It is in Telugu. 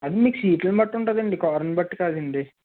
అది మీకు సీట్లును బట్టి ఉంటుంది అండి కార్ను బట్టి కాదు అండి